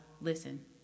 listen